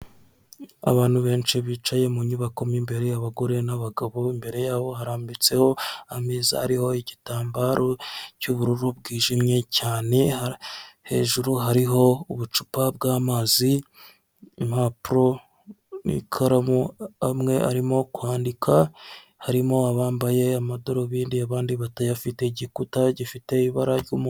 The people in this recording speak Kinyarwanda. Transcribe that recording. Abantu benshi bicaye mu nyubako mo imbere, y'abagore n'abagabo imbere yabo harambitseho ameza ariho igitambaro cy'ubururu bwijimye cyane, hejuru hariho ubucupa bw'amazi, impapuro ikaramu amwe arimo kwandika, harimo abambaye amadarubindi abandi batayafite igikuta gifite ibara ry'umu.